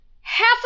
half